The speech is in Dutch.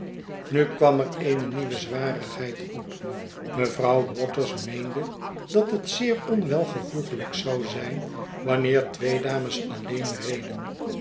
nu kwam er eene nieuwe zwarigheid op mevrouw waters meende dat het zeer onwelvoeglijk zou zijn wanneer twee dames alleen reden